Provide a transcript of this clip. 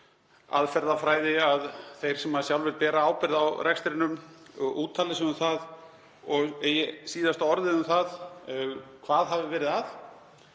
aðferðafræði að þeir sem sjálfir bera ábyrgð á rekstrinum úttali sig um það og eigi síðasta orðið um hvað hafi verið að.